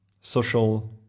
social